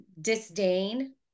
disdain